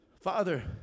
Father